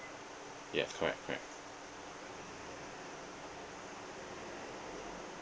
yes correct correct